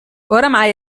oramai